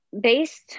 based